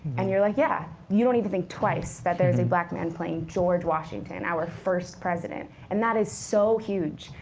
and you're like yeah, you don't even think twice that there's a black man playing george washington, our first president. and that is so huge.